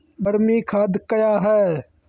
बरमी खाद कया हैं?